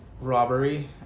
robbery